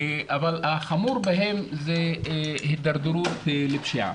אבל החמור בהן היא הידרדרות לפשיעה.